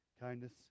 kindness